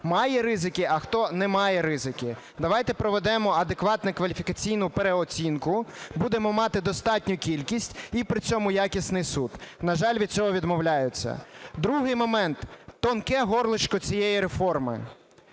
має ризики, а хто не має ризики. Давайте проведемо адекватну кваліфікаційну переоцінку, будемо мати достатню кількість і при цьому якісний суд. На жаль, від цього відмовляються. Другий момент – тонке горлишко цієї реформи.